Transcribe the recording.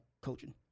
coaching